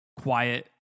quiet